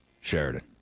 Sheridan